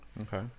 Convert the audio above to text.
okay